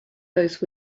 those